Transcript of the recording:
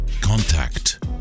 contact